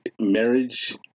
Marriage